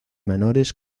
menores